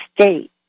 state